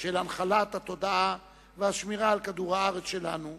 של הנחלת התודעה והשמירה על כדור-הארץ שלנו,